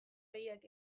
begiak